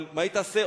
אבל מה היא תעשה,